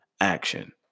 action